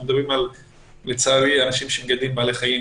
מדברים לצערי על אנשים שמגדלים בעלי חיים